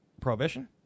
Prohibition